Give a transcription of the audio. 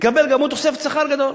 יקבל גם הוא תוספת שכר גדולה.